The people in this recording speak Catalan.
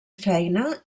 feina